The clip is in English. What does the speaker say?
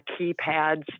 keypads